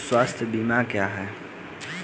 स्वास्थ्य बीमा क्या है?